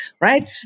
right